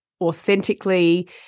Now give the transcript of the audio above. authentically